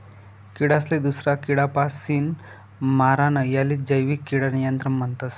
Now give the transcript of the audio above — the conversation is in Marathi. किडासले दूसरा किडापासीन मारानं यालेच जैविक किडा नियंत्रण म्हणतस